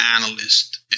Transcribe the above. analyst